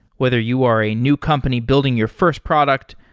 whether you are a new company building your first product,